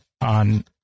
on